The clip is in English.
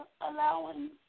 allowing